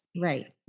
Right